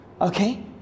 okay